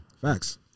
facts